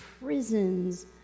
prisons